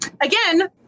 Again